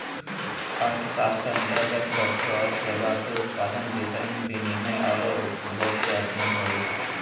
अर्थशास्त्र अन्तर्गत वस्तु औरो सेवा के उत्पादन, वितरण, विनिमय औरो उपभोग के अध्ययन होवो हइ